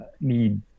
need